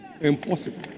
Impossible